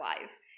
wives